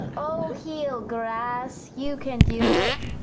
oh heal, grass, you can do it.